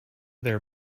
there